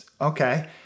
Okay